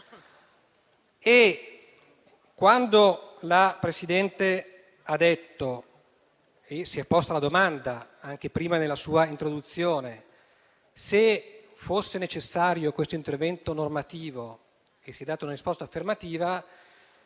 Quando la Presidente si è posta la domanda, anche prima nella sua introduzione, se fosse necessario questo intervento normativo e si è data una risposta affermativa,